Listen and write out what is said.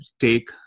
take